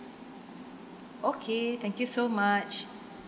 okay thank you so much